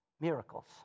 Miracles